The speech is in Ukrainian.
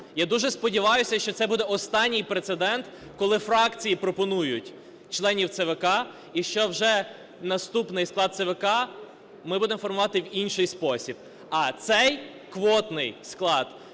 Я дуже сподіваюсь, що це буде останній прецедент, коли фракції пропонують членів ЦВК, і що вже наступний склад ЦВК ми будемо формувати в інший спосіб. А цей, квотний склад,